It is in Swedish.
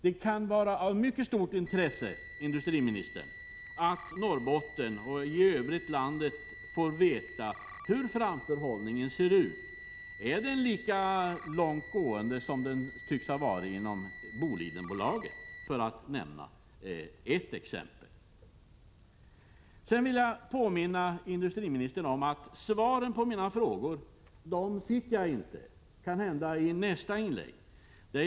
Det kan vara av mycket stort intresse, industriministern, att Norrbotten och landet i övrigt får veta hur framförhållningen ser ut. Är den lika långt gående som den tycks ha varit inom Bolidenbolaget, för att nämna ett exempel? Jag vill påminna industriministern om att jag inte fick svar på mina frågor; kanhända svaren kommer i nästa inlägg.